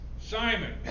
Simon